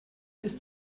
ist